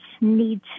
need